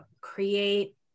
create